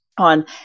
on